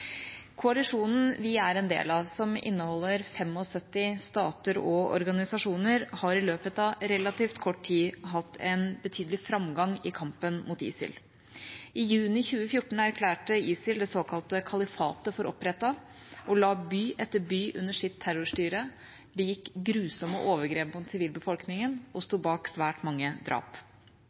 Koalisjonen vi er en del av, som består av 75 stater og organisasjoner, har i løpet av relativt kort tid hatt betydelig framgang i kampen mot ISIL. I juni 2014 erklærte ISIL det såkalte kalifatet for opprettet, og la by etter by under sitt terrorstyre, begikk grusomme overgrep mot sivilbefolkningen og sto bak svært mange drap.